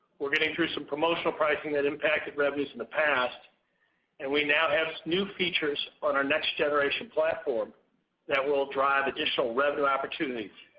we are getting through some promotional pricing that impacted revenues in the past and we now have some new features on our next generation platform that will drive additional revenue opportunities,